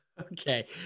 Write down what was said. Okay